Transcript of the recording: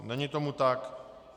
Není tomu tak.